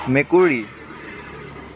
মেকুৰী